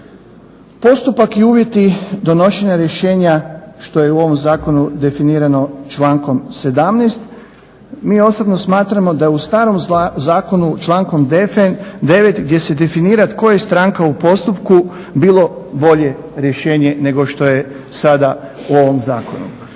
Postupak i uvjeti donošenja rješenja što je u ovom zakonu definirano člankom 17. mi osobno smatramo da u starom zakonu člankom 9. gdje se definira tko je stranka u postupku bilo bolje rješenje nego što je sada u ovom zakonu.